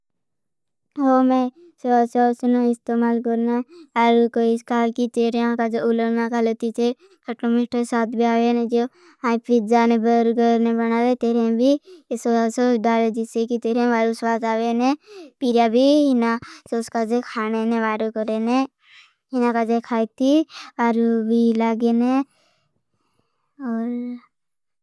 सोया sauce इस्तेमाल करना है। कि चीजो का उल्लेख करते हुए मीठा स्वाद भी आवे न जाओ। हम पिज्जा बर्गर नही बनाते हैं। जिसस की तरह भी स्वाद आवे न। पिया भी इन्होंन खान नहीं करे न इन्होने खाई थी। और भी लागे न और।